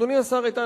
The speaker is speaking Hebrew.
אדוני השר איתן,